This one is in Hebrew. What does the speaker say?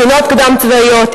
מכינות קדם-צבאיות,